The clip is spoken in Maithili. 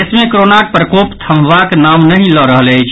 देश मे कोरोनाक प्रकोप थमबाक नाम नहि लऽ रहल अछि